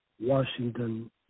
Washington